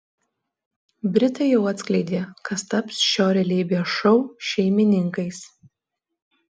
britai jau atskleidė kas taps šio realybės šou šeimininkais